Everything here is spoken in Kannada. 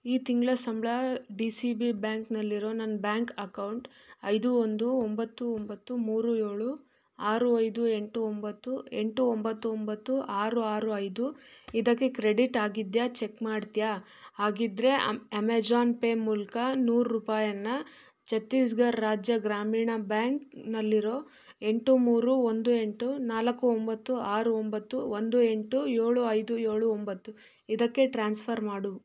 ಈ ತಿಂಗಳ ಸಂಬಳ ಡಿ ಸಿ ಬಿ ಬ್ಯಾಂಕ್ನಲ್ಲಿರೋ ನನ್ನ ಬ್ಯಾಂಕ್ ಅಕೌಂಟ್ ಐದು ಒಂದು ಒಂಬತ್ತು ಒಂಬತ್ತು ಮೂರು ಏಳು ಆರು ಐದು ಎಂಟು ಒಂಬತ್ತು ಎಂಟು ಒಂಬತ್ತು ಒಂಬತ್ತು ಆರು ಆರು ಐದು ಇದಕ್ಕೆ ಕ್ರೆಡಿಟ್ ಆಗಿದೆಯಾ ಚಕ್ ಮಾಡ್ತೀಯಾ ಆಗಿದ್ದರೆ ಅಮ್ ಅಮೆಜಾನ್ ಪೇ ಮೂಲಕ ನೂರು ರೂಪಾಯನ್ನ ಛತ್ತೀಸ್ಗರ್ ರಾಜ್ಯ ಗ್ರಾಮೀಣ ಬ್ಯಾಂಕ್ನಲ್ಲಿರೋ ಎಂಟು ಮೂರು ಒಂದು ಎಂಟು ನಾಲ್ಕು ಒಂಬತ್ತು ಆರು ಒಂಬತ್ತು ಒಂದು ಎಂಟು ಏಳು ಐದು ಏಳು ಒಂಬತ್ತು ಇದಕ್ಕೆ ಟ್ರಾನ್ಸ್ಫರ್ ಮಾಡು